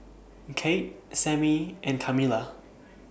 Kate Sammie and Kamila